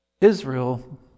Israel